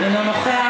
תודה רבה.